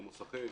למוסכים,